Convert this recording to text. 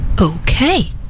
okay